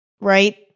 right